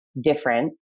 different